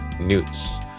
Newts